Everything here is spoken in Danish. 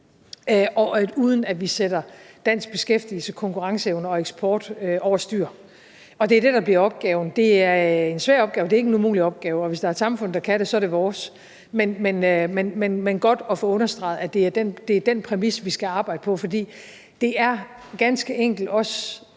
uden at vi sætter dansk beskæftigelse, konkurrenceevne og eksport over styr, og det er det, der bliver opgaven. Det er en svær opgave; det er ikke en umulig opgave, og hvis der er et samfund, der kan det, så er det vores. Men det er godt at få understreget, at det er den præmis, vi skal arbejde på, fordi det ganske enkelt også